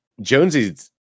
Jonesy's